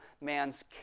man's